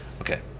Okay